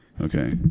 Okay